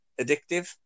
addictive